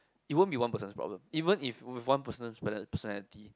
it won't be one person's problem even if with one person's personality